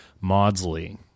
Maudsley